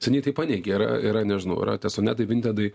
seniai tai paneigia yra yra nežinau yra tie sonetai vintedai